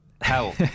Help